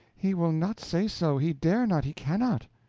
he will not say so, he dare not, he cannot.